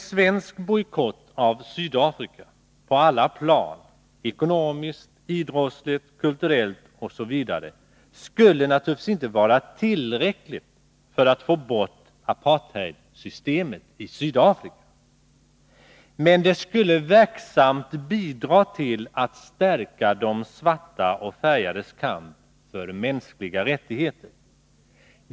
En svensk bojkott mot Sydafrika på alla plan, ekonomiskt, idrottsligt, kulturellt, osv., skulle naturligtvis inte vara tillräckligt för att få bort apartheidsystemet i Sydafrika, men det skulle verksamt bidra till att stärka de svartas och färgades kamp för mänskliga rättigheter.